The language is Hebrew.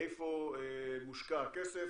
איפה מושקע הכסף,